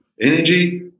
energy